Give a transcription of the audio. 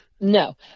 no